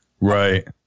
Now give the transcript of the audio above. right